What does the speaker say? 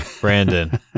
Brandon